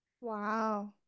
Wow